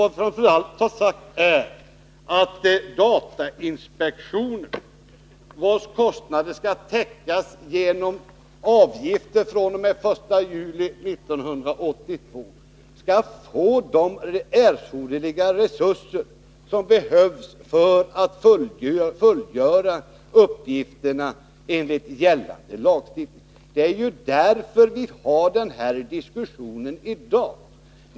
Vad vi framför allt har sagt är att datainspektionen, vars kostnader skall täckas genom avgifter fr.o.m. den 1 juli 1982, skall få de resurser som behövs för att inspektionen skall kunna fullgöra sina uppgifter enligt gällande lagstiftning. Det är därför vi för denna diskussion i dag.